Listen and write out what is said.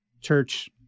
church